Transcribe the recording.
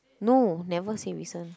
no never say recent